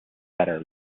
better